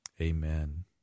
Amen